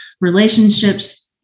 relationships